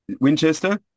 Winchester